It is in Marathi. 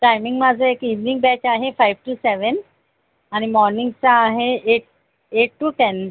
टायमिंग माझे इवनिंग बॅच आहे फाय्व टू सेवेन आणि मॉर्निंगचं आहे एट एट टू टेन